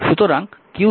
সুতরাং q